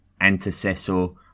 antecessor